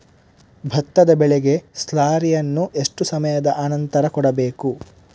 ಭತ್ತದ ಬೆಳೆಗೆ ಸ್ಲಾರಿಯನು ಎಷ್ಟು ಸಮಯದ ಆನಂತರ ಕೊಡಬೇಕು?